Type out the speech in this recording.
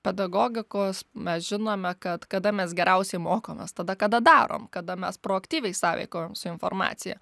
pedagogikos mes žinome kad kada mes geriausiai mokomės tada kada darom kada mes proaktyviai sąveikaujam su informacija